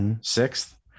sixth